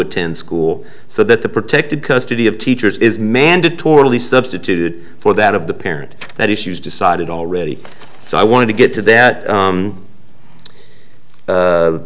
attend school so that the protected custody of teachers is mandatorily substituted for that of the parent that issues decided already so i want to get to that